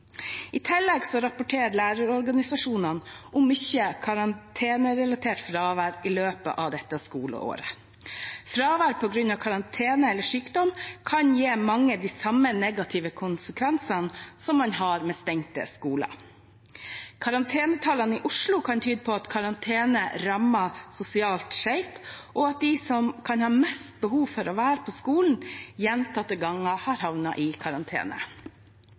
I tillegg rapporterer lærerorganisasjonene om mye karantenerelatert fravær i løpet av dette skoleåret. Fravær på grunn av karantene eller sykdom kan gi mange av de samme negative konsekvensene som man har ved stengte skoler. Karantenetallene i Oslo kan tyde på at karantene rammer sosialt skjevt, og at de som kan ha mest behov for å være på skolen, gjentatte ganger har havnet i karantene.